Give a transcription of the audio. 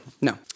no